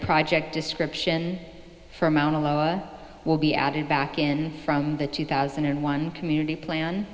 project description for amount of loa will be added back in from the two thousand and one community pla